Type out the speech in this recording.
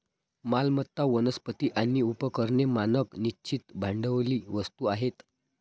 मालमत्ता, वनस्पती आणि उपकरणे मानक निश्चित भांडवली वस्तू आहेत